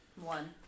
One